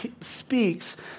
speaks